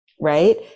Right